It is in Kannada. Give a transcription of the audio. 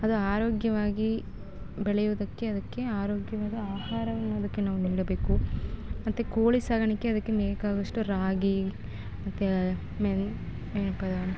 ಅದು ಆರೋಗ್ಯವಾಗಿ ಬೆಳೆಯೋದಕ್ಕೆ ಅದಕ್ಕೆ ಆರೋಗ್ಯವಾದ ಆಹಾರವನ್ನು ಅದಕ್ಕೆ ನಾವು ನೀಡಬೇಕು ಮತ್ತೆ ಕೋಳಿ ಸಾಗಣಿಕೆ ಅದಕ್ಕೆ ಮೇಯೋಕಾಗುವಷ್ಟು ರಾಗಿ ಮತ್ತೆ